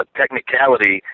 technicality